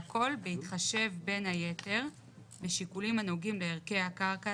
והכל בהתחשב בין היתר בשיקולים הנוגעים לערכי הקרקע,